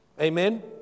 Amen